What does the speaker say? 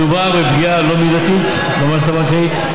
מדובר בפגיעה לא מידתית במערכת הבנקאית.